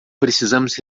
precisamos